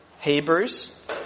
Hebrews